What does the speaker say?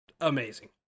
amazing